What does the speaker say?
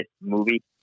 movie